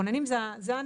הכוננים זה האנשים,